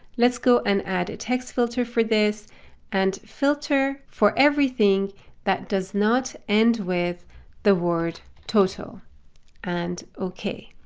let's go and add a text filter for this and filter for everything that does not end with the word total and ok.